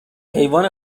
حیوان